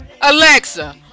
Alexa